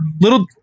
Little